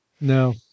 No